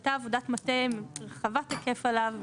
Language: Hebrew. הייתה עבודת מטה רחבת היקף עליו,